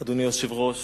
אדוני היושב-ראש,